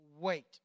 wait